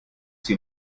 sie